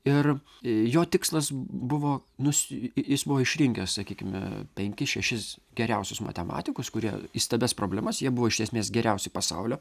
ir jo tikslas buvo nusi jis buvo išrinkęs sakykime penkis šešis geriausius matematikus kurie įstabias problemas jie buvo iš esmės geriausi pasaulio